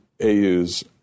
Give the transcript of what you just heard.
AU's